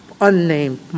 unnamed